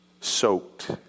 soaked